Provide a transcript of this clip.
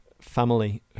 family